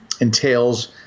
entails